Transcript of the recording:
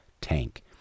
tank